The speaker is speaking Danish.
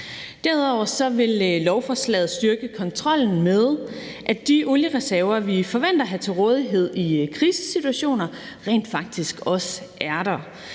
Derudover vil lovforslaget styrke kontrollen med, at de oliereserver, vi forventer at have til rådighed i krisesituationer, rent faktisk også er der.